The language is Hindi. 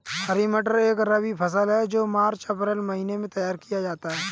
हरी मटर एक रबी फसल है जो मार्च अप्रैल महिने में तैयार किया जाता है